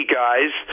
guys